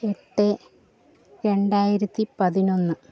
എട്ട് രണ്ടായിരത്തി പതിനൊന്ന്